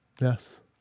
yes